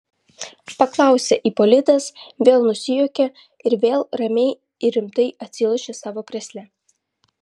paklausė ipolitas vėl nusijuokė ir vėl ramiai ir rimtai atsilošė savo krėsle